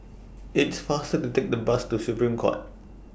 It's faster to Take The Bus to Supreme Court